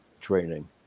training